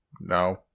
No